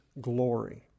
glory